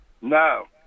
No